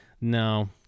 no